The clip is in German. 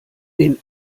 den